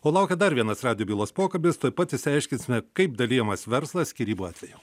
o laukia dar vienas radijo bylos pokalbis tuoj pat išsiaiškinsime kaip dalijamas verslas skyrybų atveju